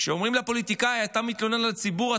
כשאומרים לפוליטיקאי: אם אתה מתלונן על הציבור,